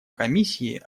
комиссии